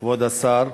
כבוד השר,